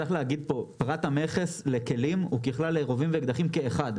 צריך להגיד פה שפרט המכס לכלים הוא לרובים ולאקדחים כאחד.